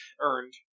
earned